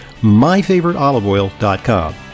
MyFavoriteOliveOil.com